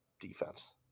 defense